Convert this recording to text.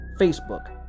facebook